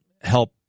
help